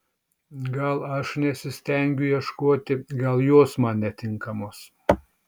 gal aš nesistengiu ieškoti gal jos man netinkamos